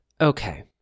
okay